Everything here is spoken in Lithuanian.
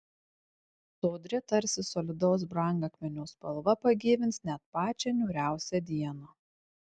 sodri tarsi solidaus brangakmenio spalva pagyvins net pačią niūriausią dieną